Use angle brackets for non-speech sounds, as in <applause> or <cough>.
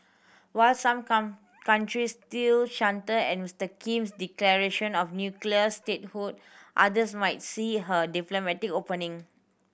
while some <unintelligible> countries still shudder at Mister Kim's declaration of nuclear statehood others might see her diplomatic opening